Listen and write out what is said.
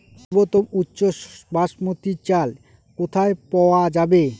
সর্বোওম উচ্চ বাসমতী চাল কোথায় পওয়া যাবে?